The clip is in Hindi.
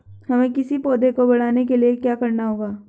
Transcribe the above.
हमें किसी पौधे को बढ़ाने के लिये क्या करना होगा?